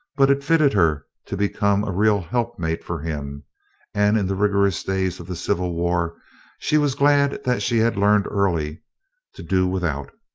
but it fitted her to become a real helpmeet for him and in the rigorous days of the civil war she was glad that she had learned early to do without.